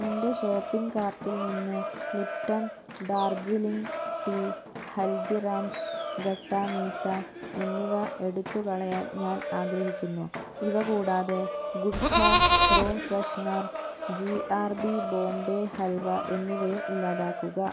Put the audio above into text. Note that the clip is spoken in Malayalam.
എന്റെ ഷോപ്പിംഗ് കാർട്ടിൽ നിന്ന് ലിപ്ടൺ ഡാർജിലിംഗ് ടീ ഹൽദിറാംസ് ഖട്ടാ മീട്ടാ എന്നിവ എടുത്തു കളയാൻ ഞാൻ ആഗ്രഹിക്കുന്നു ഇവ കൂടാതെ good home room freshener G R B Bombay halwa എന്നിവയും ഇല്ലാതാക്കുക